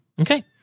Okay